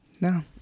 No